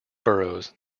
burrows